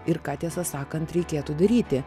ir ką tiesą sakant reikėtų daryti